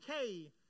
okay